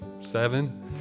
Seven